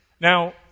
Now